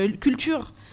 culture